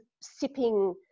sipping